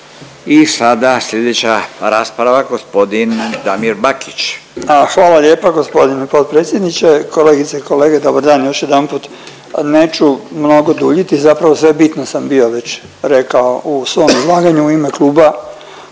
I sada sljedeća rasprava gospodin Damir Bakić. **Bakić, Damir (Možemo!)** Hvala lijepa gospodine potpredsjedniče. Kolegice i kolege dobar dan još jedanput. Neću mnogo duljiti. Zapravo sve bitno sam bio već rekao u svom izlaganju u ime kluba